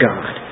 God